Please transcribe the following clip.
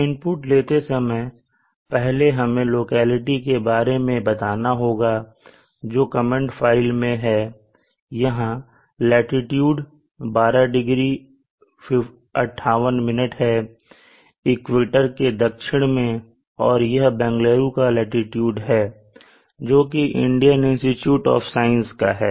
input लेते समय पहले हमें लोकेलिटी के बारे में बताना होगा जो कमेंट फाइल में है यहां लाटीट्यूड 12 डिग्री 58 मिनट है इक्वेटर के दक्षिण में और यह बेंगलुरु का लाटीट्यूड है जोकि इंडियन इंस्टीट्यूट ऑफ साइंस का है